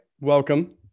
Welcome